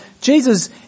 Jesus